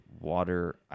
water